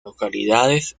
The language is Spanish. localidades